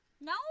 No